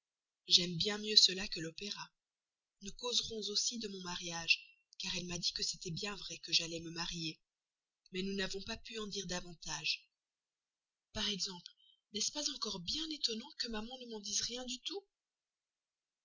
j'aime bien mieux cela que l'opéra nous causerons aussi de mon mariage car elle m'a dit que c'était bien vrai que j'allais me marier mais nous n'avons pas pu en dire davantage par exemple n'est-ce pas encore bien étonnant que maman ne m'en dise rien du tout